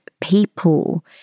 people